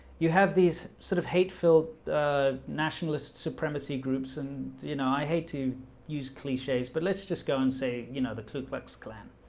you have these sort of hate-filled nationalist supremacy groups and you know, i hate to use cliches but let's just go and say, you know the truth works klan